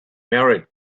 married